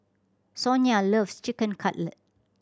Sonia loves Chicken Cutlet